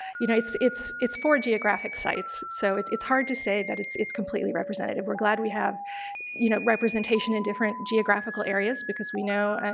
you know, it's it's four geographic sites, so it's it's hard to say that it's it's completely representative. we're glad we have you know representation in different geographical areas because we know,